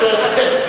שקשוקה,